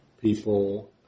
people